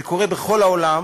זה קורה בכל העולם